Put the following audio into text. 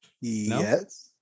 Yes